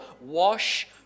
Wash